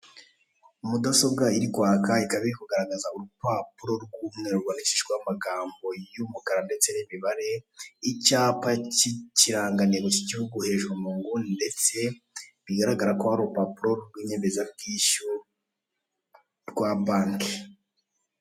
Mudasobwa iri kwaka ikaba iri kugaragaza urupapuro rw'umweru rwandikishijweho amagambo y'umukara ndetse n'imibare, icyapa k'ikirangantego k'igihugu hejuru mu nguni ndetse bigaragara ko urupapuro rw'inyemezabwishyu rwa banki.